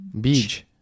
beach